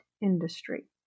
industry